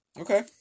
Okay